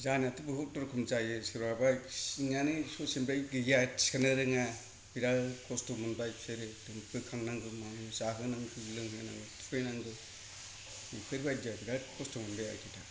जानायाथ' बहुद रोखोम जायो सोरबाबा सिंआनो गैया ससेनिफ्रायनो थिखांनो रोङा बिराद खस्त मोनबाय बिसोरो बोखांनांगौ जाहोनांगौ लोंहोनांगौ थुखैनांगौ बेफोरबादिआ बिराद खस्त' मोनबाय आरोखि दा